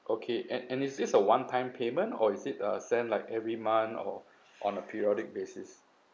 okay and and is this a one time payment or is it uh send like every month or on a periodic basis